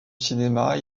cinéma